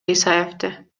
исаевди